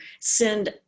send